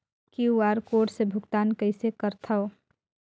QR code से भुगतान कइसे करथव?